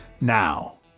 now